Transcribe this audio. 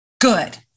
good